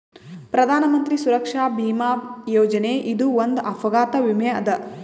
ಪ್ರಧಾನ್ ಮಂತ್ರಿ ಸುರಕ್ಷಾ ಭೀಮಾ ಯೋಜನೆ ಇದು ಒಂದ್ ಅಪಘಾತ ವಿಮೆ ಅದ